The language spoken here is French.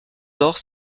nord